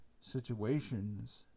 situations